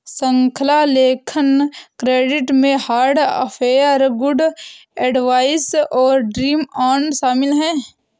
श्रृंखला लेखन क्रेडिट में हार्ट अफेयर, गुड एडवाइस और ड्रीम ऑन शामिल हैं